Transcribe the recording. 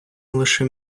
лише